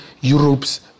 Europe's